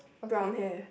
okay